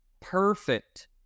perfect